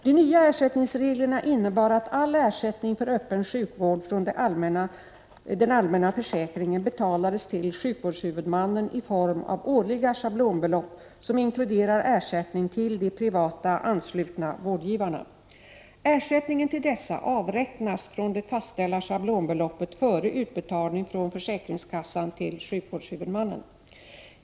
De nya ersättningsreglerna innebar att all ersättning för öppen sjukvård från den allmänna försäkringen betalades till sjukvårdshuvudmannen i form av årliga schablonbelopp som inkluderar ersättning till de privata, anslutna vårdgivarna. Ersättningen till dessa avräknas från det fastställda schablonbeloppet före utbetalning från försäkringskassan till sjukvårdshuvudmannen.